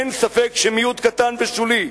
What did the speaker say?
אין ספק שמיעוט קטן ושולי,